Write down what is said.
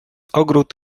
ogród